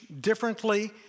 differently